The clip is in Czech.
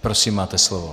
Prosím, máte slovo.